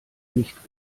nicht